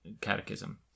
catechism